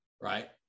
right